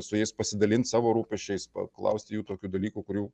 su jais pasidalint savo rūpesčiais paklaust jų tokių dalykų kurių